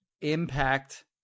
impact